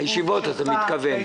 הישיבות אתה מתכוון.